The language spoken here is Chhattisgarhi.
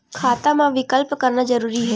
खाता मा विकल्प करना जरूरी है?